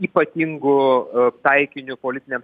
ypatingu taikiniu politiniams